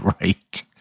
right